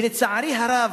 ולצערי הרב,